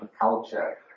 culture